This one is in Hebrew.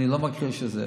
אני לא מכחיש את זה.